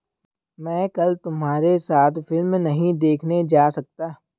मैं कल तुम्हारे साथ फिल्म नहीं देखने जा सकता